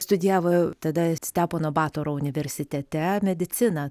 studijavo tada stepono batoro universitete mediciną